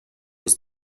was